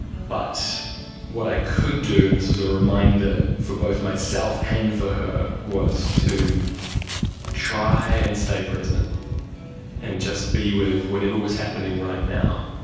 but what i could do and this was a reminder for both myself and for her, was to try and stay present and just be with whatever was happening right now.